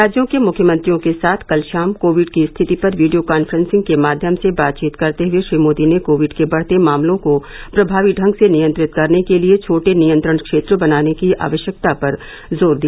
राज्यों के मुख्यमंत्रियों के साथ कल शाम कोविड की स्थिति पर वीडियो कान्फ्रेंसिंग के माध्यम से बातचीत करते हए श्री मोदी ने कोविड के बढ़ते मामलों को प्रभावी ढंग से नियंत्रित करने के लिए छोटे नियंत्रण क्षेत्र बनाने की आवश्यकता पर जोर दिया